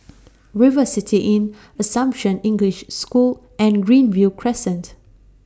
River City Inn Assumption English School and Greenview Crescent